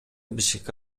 бшк